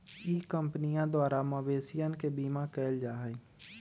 ई कंपनीया द्वारा मवेशियन के बीमा कइल जाहई